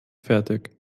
fertig